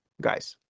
guys